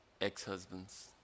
ex-husbands